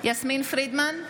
יסמין פרידמן,